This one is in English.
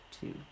two